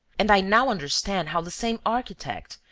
and i now understand how the same architect,